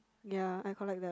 ya I collect that